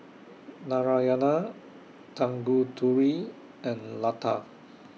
Narayana Tanguturi and Lata